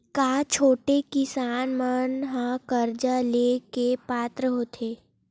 का छोटे किसान मन हा कर्जा ले के पात्र होथे?